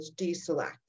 deselect